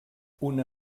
una